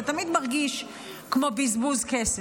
זה תמיד מרגיש כמו בזבוז כסף,